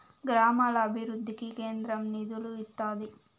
గ్రామాల అభివృద్ధికి కేంద్రం నిధులు ఇత్తాది